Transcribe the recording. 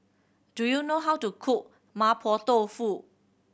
do you know how to cook Mapo Tofu